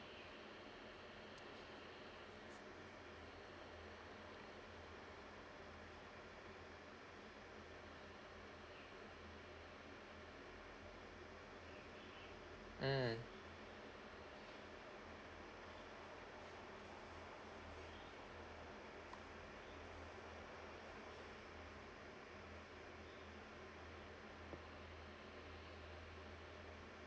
mm